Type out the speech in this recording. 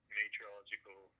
meteorological